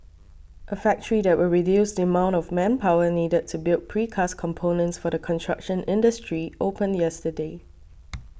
a factory that will reduce the amount of manpower needed to build precast components for the construction industry opened yesterday